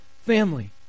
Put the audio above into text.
family